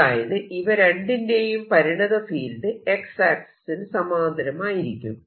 അതായത് ഇവ രണ്ടിന്റെയും പരിണത ഫീൽഡ് X ആക്സിസിനു സമാന്തരമായിരിക്കും